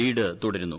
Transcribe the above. lead തുടരുന്നു